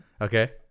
Okay